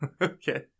Okay